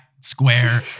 Square